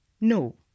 No